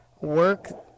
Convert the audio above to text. work